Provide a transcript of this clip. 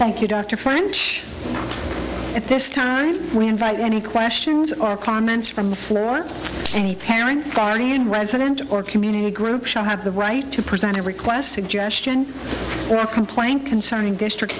thank you dr french at this time we invite any questions or comments from the floor any parent guardian resident or community group shall have the right to present a request suggestion or complaint concerning district